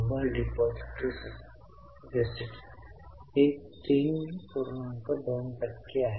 जर आपणास अद्याप हे समजले नसेल तर कृपया ते दोन वेळा वाचा